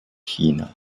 china